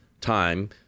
time